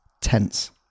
tense